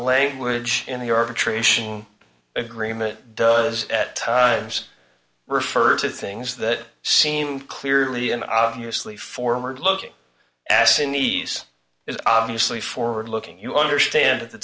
language in the arbitration agreement does at times refer to things that seem clearly an obviously forward looking assamese is obviously forward looking you understand at the